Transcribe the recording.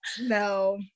No